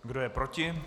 Kdo je proti?